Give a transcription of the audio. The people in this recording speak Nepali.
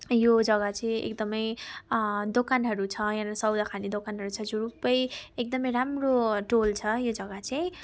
यो जग्गा चाहिँ एकदमै दोकानहरू छ यहाँनिर सौदा खाने दोकानहरू छ झुरुप्पै एकदमै राम्रो टोल छ यो जग्गा चाहिँ